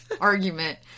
argument